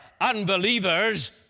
unbelievers